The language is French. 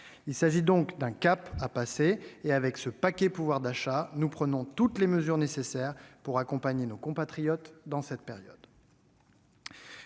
Il s'agit donc d'un cap à passer. Et avec ce paquet pouvoir d'achat, nous prenons toutes les mesures nécessaires pour accompagner nos compatriotes dans cette période.